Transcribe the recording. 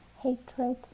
Hatred